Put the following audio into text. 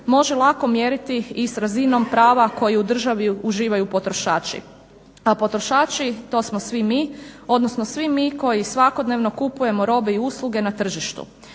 može lako mjeriti i s razinom prava koju u državi uživaju potrošači. A potrošači to smo svi mi, odnosno svi mi koji svakodnevno kupujemo robe i usluge na tržištu.